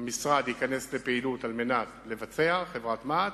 המשרד ייכנס לפעילות על מנת לבצע, חברת מע"צ,